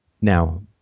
Now